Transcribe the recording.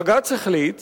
בג"ץ החליט